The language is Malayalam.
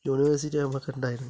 യൂണിവേഴ്സിറ്റി നമുക്ക് ഉണ്ടായിരുന്നു